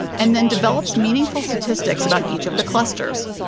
and then develops meaningful statistics about each of the clusters.